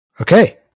okay